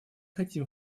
хотим